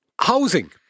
housing